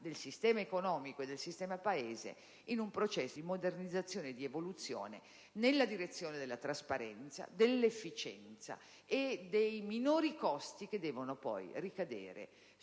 del sistema economico e del sistema Paese, in un processo di modernizzazione e di evoluzione nella direzione della trasparenza, dell'efficienza e dei minori costi che devono poi ricadere